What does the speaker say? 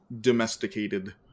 domesticated